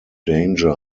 danger